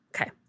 Okay